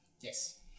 Yes